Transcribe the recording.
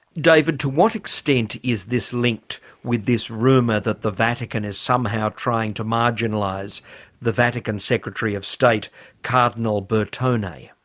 david to what extent is this linked with this rumour that the vatican is somehow trying to marginalise the vatican secretary of state cardinal bertone?